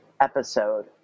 episode